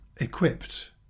equipped